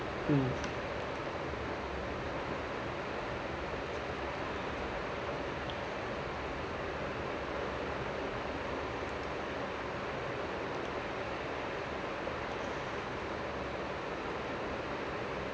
mm